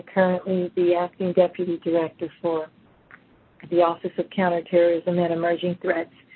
currently the acting deputy director for the office of counter terrorism and emerging threats.